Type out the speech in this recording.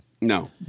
No